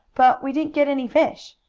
but we didn't get any fish,